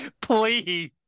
Please